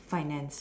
finance